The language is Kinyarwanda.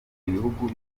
ibihugu